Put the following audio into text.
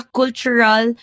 cultural